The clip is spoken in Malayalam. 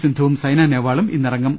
സിന്ധുവും സൈന നെഹ്വാളും ഇന്നിറങ്ങും